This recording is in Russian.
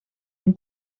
они